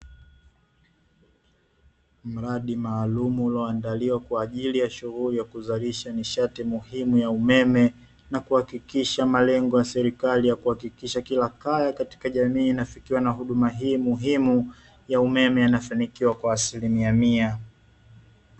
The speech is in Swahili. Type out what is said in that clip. Mradi maalumu, ulioandaliwa kwa ajili ya shughuli ya kuzalisha nishati muhimu ya umeme, na kuhakikisha malengo ya serikali ya kuhakikisha kila kaya katika jamii inafikiwa na huduma hii muhimu ya umeme yanafanikiwa kwa asilimia mia.